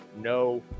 no